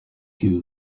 you